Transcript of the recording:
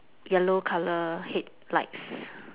yellow color headlights